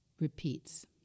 repeats